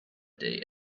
day